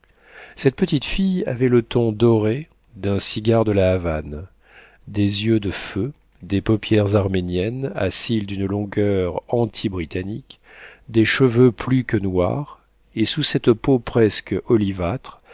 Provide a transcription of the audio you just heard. cette petite fille avait le ton doré d'un cigare de la havane des yeux de feu des paupières arméniennes à cils d'une longueur anti britannique des cheveux plus que noirs et sous cette peau presque